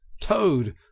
Toad